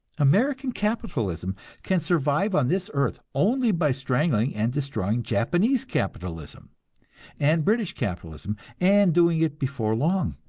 american capitalism can survive on this earth only by strangling and destroying japanese capitalism and british capitalism, and doing it before long.